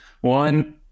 one